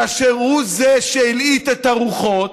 כאשר הוא שהלהיט את הרוחות,